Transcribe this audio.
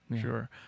Sure